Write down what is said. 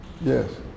yes